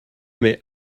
m’ai